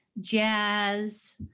Jazz